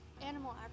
animal